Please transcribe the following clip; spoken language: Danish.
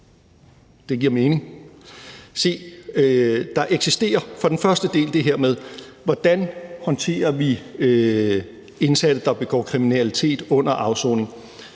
Det giver mening. Se, der eksisterer i forhold til den første del det her med, hvordan vi håndterer indsatte, der begår kriminalitet under afsoning.